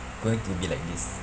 going to be like this